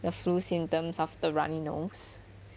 the flu symptoms of the runny nose